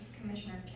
Commissioner